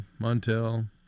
Montel